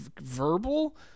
verbal